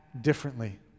differently